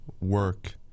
work